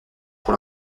pour